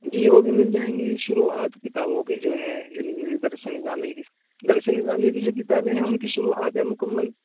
جی وہ بھی مل جائیں گی شروحات کتابوں کی جو ہیں درس نظامی کی درس نظامی کی جو کتابیں ہیں ان کی شروحات ہے مکمل